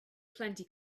plenty